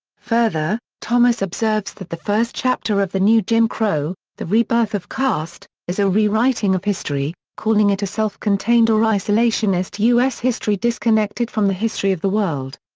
further, thomas observes that the first chapter of the new jim crow, the rebirth of caste, is a rewriting of history, calling it a self-contained or isolationist u s. history disconnected from the history of the world.